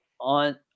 on